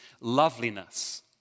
loveliness